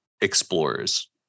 explorers